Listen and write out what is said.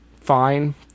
fine